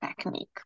technique